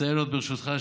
אציין עוד, ברשותך,